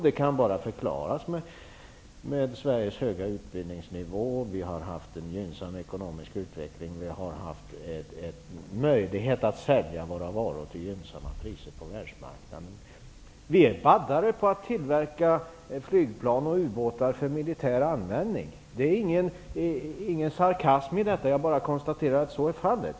Den kan bara förklaras med Sveriges höga utbildningsnivå och med det faktum att vi har haft en gynnsam ekonomisk utveckling och en möjlighet att sälja våra varor till gynnsamma priser på världsmarknaden. Vi är baddare på att tillverka flygplan och u-båtar för militär användning. Det är ingen sarkasm i detta uttalande, utan jag bara konstaterar att så är fallet.